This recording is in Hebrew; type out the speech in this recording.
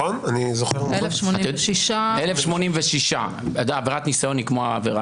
והדבקות, 1,086. עבירת ניסיון היא כמו העבירה.